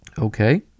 Okay